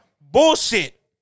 bullshit